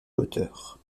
hauteur